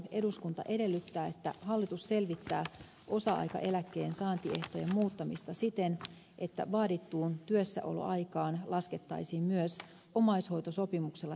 eduskunta edellyttää että hallitus selvittää osa aikaeläkkeen saantiehtojen muuttamista siten että vaadittuun työssäoloaikaan laskettaisiin myös omaishoitosopimuksella tehty työ